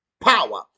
power